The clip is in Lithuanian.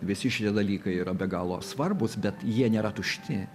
visi šie dalykai yra be galo svarbūs bet jie nėra tušti